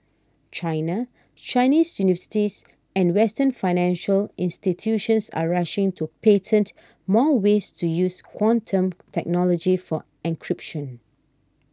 China Chinese universities and western financial institutions are rushing to patent more ways to use quantum technology for encryption